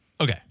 Okay